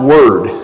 Word